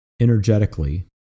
energetically